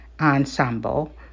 Ensemble